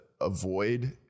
avoid